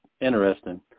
interesting